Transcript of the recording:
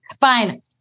Fine